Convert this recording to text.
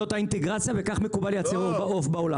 זאת האינטגרציה וכך מקובל לייצר עוף בעולם.